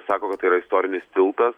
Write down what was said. sako kad tai yra istorinis tiltas